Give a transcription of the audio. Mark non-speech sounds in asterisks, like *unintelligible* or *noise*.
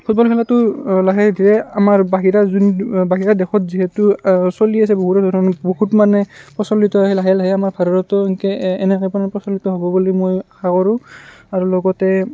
football খেলটো লাহে ধীৰে আমাৰ বাহিৰা যোন বাহিৰা দেশত যিহেতু চলি আছে বহুত এনেধৰণৰ বহুত মানে প্ৰচলিত হৈ লাহে লাহে আমাৰ ভাৰততো এনেকে এনেকে *unintelligible* প্ৰচলিত হ'ব বুলি মই আশা কৰোঁ আৰু লগতে